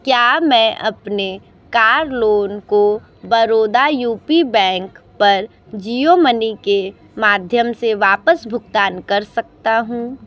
क्या मैं अपने कार लोन को बरोदा यू पी बैंक पर जियो मनी के माध्यम से वापस भुगतान कर सकता हूँ